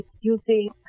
using